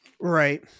Right